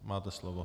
Máte slovo.